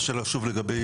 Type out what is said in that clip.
השאלה על השר"מ?